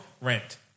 Rent